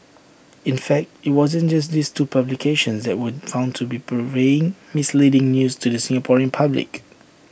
in fact IT wasn't just these two publications that were found to be purveying misleading news to the Singaporean public